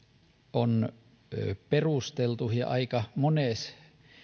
on perusteltu ja aika mones